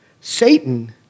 Satan